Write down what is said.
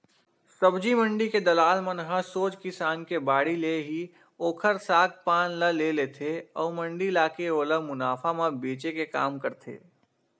सब्जी मंडी के दलाल मन ह सोझ किसान के बाड़ी ले ही ओखर साग पान ल ले लेथे अउ मंडी लाके ओला मुनाफा म बेंचे के काम करथे